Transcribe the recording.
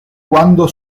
cuándo